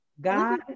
God